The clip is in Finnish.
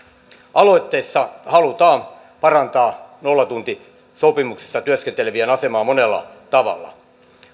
aloitteessa halutaan parantaa nollatuntisopimuksessa työskentelevien asemaa monella tavalla